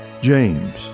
James